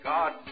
God